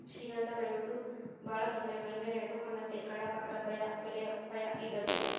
ಶ್ರೀಗಂಧ ಬೆಳೆಯುವುದು ಬಹಳ ತೊಂದರೆ ಮೈಮೇಲೆ ಎಳೆದುಕೊಂಡಂತೆಯೇ ಕಳ್ಳಕಾಕರ ಭಯ ಬೆಲೆಯ ಭಯ ಇದ್ದದ್ದೇ